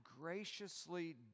graciously